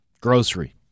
Grocery